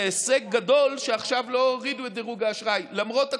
זה הישג גדול שעכשיו לא הורידו את דירוג האשראי למרות הקורונה,